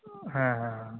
ᱦᱮᱸ ᱦᱮᱸ